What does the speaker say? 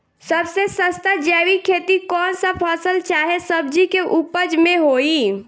सबसे सस्ता जैविक खेती कौन सा फसल चाहे सब्जी के उपज मे होई?